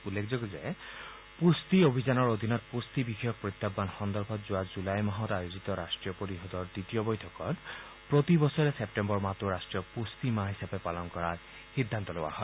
উল্লেখযোগ্য যে পুষ্টি অভিযানৰ অধীনত পুষ্টি বিষয়ক প্ৰত্যাহ্বান সন্দৰ্ভত যোৱা জুলাই মাহত আয়োজিত ৰাষ্ট্ৰীয় পৰিষদৰ দ্বিতীয় বৈঠকত প্ৰতিবছৰে ছেপ্তেম্বৰ মাহটো ৰাষ্ট্ৰীয় পুষ্টি মাহ হিচাপে পালন কৰাৰ সিদ্ধান্ত লোৱা হয়